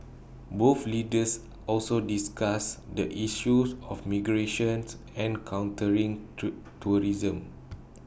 both leaders also discussed the issues of migrations and countering to tourism